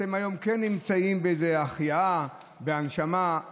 אתם היום כן נמצאים באיזו החייאה, בהנשמה.